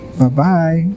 Bye-bye